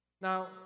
Now